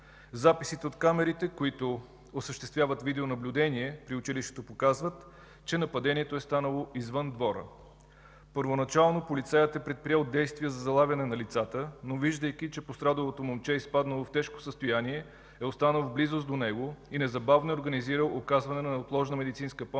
Записите от камерите, които осъществяват видеонаблюдение при училището, показват, че нападението е станало извън двора. Първоначално полицаят е предприел действия за залавяне на лицата, но виждайки, че пострадалото момче е изпаднало в тежко състояние, е останал в близост до него и незабавно е организирал оказване на неотложна медицинска помощ